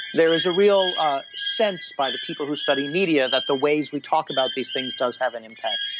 there is a real sense by the people who study media that the ways we talk about these things does have an impact.